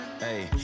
Hey